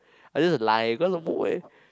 I just lie cause I'm uh